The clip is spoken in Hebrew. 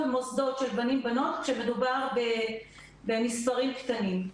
מוסדות של בנים-בנות כשמדובר במספרים קטנים.